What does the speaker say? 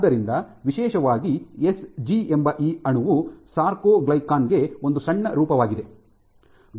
ಆದ್ದರಿಂದ ವಿಶೇಷವಾಗಿ ಎಸ್ಜಿ ಎಂಬ ಈ ಅಣುವು ಸಾರ್ಕೊಗ್ಲಿಕನ್ ಗೆ ಒಂದು ಸಣ್ಣ ರೂಪವಾಗಿದೆ